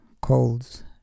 colds